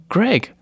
Greg